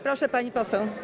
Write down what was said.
Proszę, pani poseł.